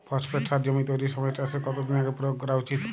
Phosphate সার জমি তৈরির সময় চাষের কত দিন আগে প্রয়োগ করা উচিৎ?